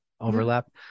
overlap